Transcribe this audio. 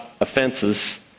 offenses